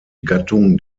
gattung